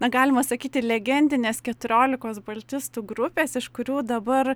na galima sakyti legendinės keturiolikos baltistų grupės iš kurių dabar